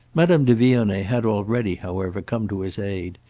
madame de vionnet had already, however, come to his aid,